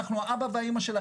אנחנו האבא והאימא של החיילים,